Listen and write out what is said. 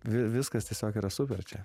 viskas tiesiog yra super čia